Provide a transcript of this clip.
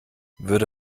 würde